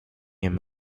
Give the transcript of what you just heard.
him